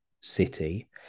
city